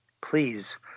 please